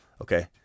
Okay